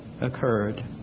occurred